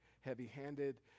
heavy-handed